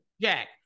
Jack